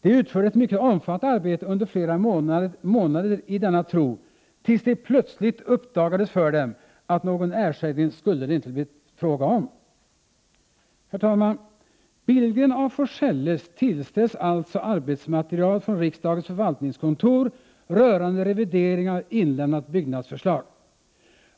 De utförde ett mycket omfattande arbete under flera månader i denna tro, tills det plötsligt uppdagades för dem att det inte skulle bli fråga om någon ersättning. Herr talman! Billgren-af Forselles tillställs alltså arbetsmaterial från riksdagens förvaltningskontor rörande revidering av inlämnat byggnadsförslag.